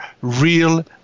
real